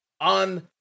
on